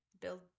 build